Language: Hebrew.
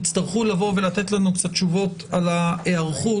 לתת לנו קצת תשובות על ההיערכות.